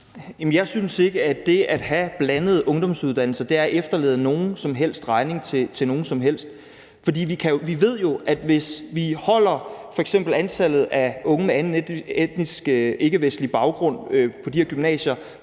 Jeg synes ikke, at det at have blandede ungdomsuddannelser er at efterlade nogen som helst regning til nogen som helst, for vi ved jo, at hvis vi f.eks. holder antallet af unge med anden etnisk ikkevestlig baggrund på de her gymnasier